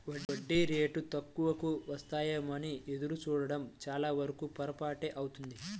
వడ్డీ రేటు తక్కువకు వస్తాయేమోనని ఎదురు చూడడం చాలావరకు పొరపాటే అవుతుంది